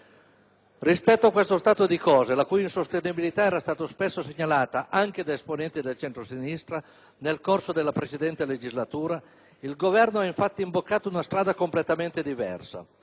Rispetto a questo stato di cose, la cui insostenibilità era stata spesso segnalata anche da esponenti del centrosinistra nel corso della precedente legislatura, il Governo ha infatti imboccato una strada completamente diversa.